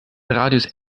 radius